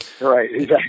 right